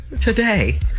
Today